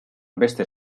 beste